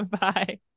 Bye